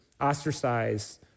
ostracized